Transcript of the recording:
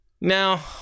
Now